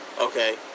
Okay